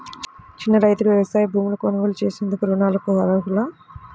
చిన్న రైతులు వ్యవసాయ భూములు కొనుగోలు చేసేందుకు రుణాలకు అర్హులా?